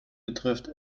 betrifft